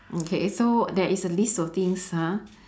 okay so there is a list of things ha